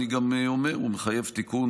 אני גם אומר, הוא מחייב תיקון.